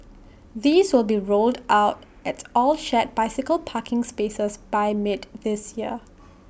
these will be rolled out at all shared bicycle parking spaces by mid this year